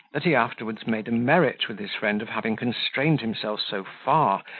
that he afterwards made a merit with his friend of having constrained himself so far,